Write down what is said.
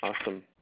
Awesome